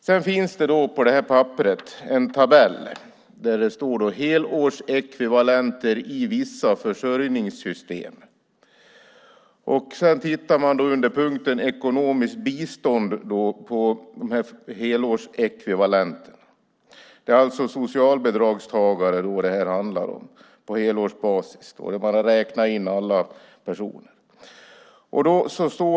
På det här papperet finns också en tabell, där det står: "Helårsekvivalenter i vissa försörjningssystem". Raden "Ekonomiskt bistånd" handlar om socialbidragstagare, på helårsbasis. Det är bara att räkna in alla personer.